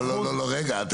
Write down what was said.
לא, לא, רגע.